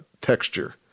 texture